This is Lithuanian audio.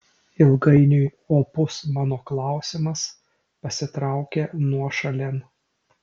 ilgainiui opus mano klausimas pasitraukė nuošalėn